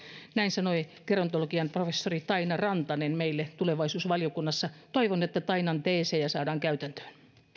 näin sanoi gerontologian professori taina rantanen meille tulevaisuusvaliokunnassa toivon että tainan teesejä saadaan käytäntöön